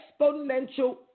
exponential